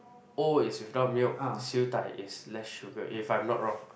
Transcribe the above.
O is without milk Siew-Dai is less sugar if I'm not wrong